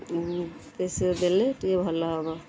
ଟିକେ ଶୀଘ୍ର ଦେଲେ ଟିକିଏ ଭଲ ହବ